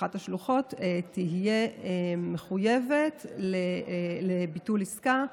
אחת השלוחות תהיה מחויבת לביטול עסקה.